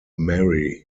marry